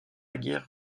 guerre